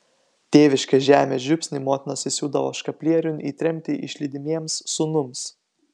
tėviškės žemės žiupsnį motinos įsiūdavo škaplieriun į tremtį išlydimiems sūnums